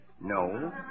No